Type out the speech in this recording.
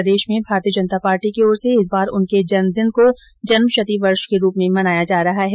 प्रदेश में भारतीय जनता पार्टी की ओर से इस बार उनके जन्मदिन को जन्मशती वर्ष के रूप में मनाया जा रहा हैं